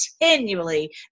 continually